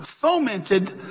Fomented